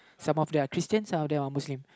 some of them are Christians some of them are Muslims